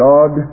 God